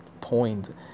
point